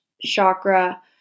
chakra